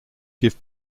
give